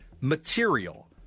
material